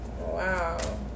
Wow